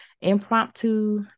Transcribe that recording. impromptu